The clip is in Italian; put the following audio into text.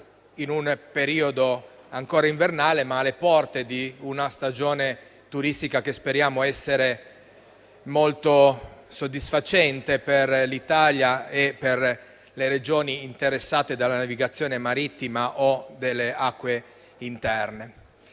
in un periodo ancora invernale, ma alle porte di una stagione turistica che speriamo essere molto soddisfacente per l'Italia e per le Regioni interessate dalla navigazione marittima o delle acque interne.